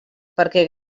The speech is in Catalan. perquè